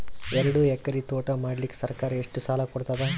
ಎರಡು ಎಕರಿ ತೋಟ ಮಾಡಲಿಕ್ಕ ಸರ್ಕಾರ ಎಷ್ಟ ಸಾಲ ಕೊಡತದ?